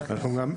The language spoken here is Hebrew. בע"ה,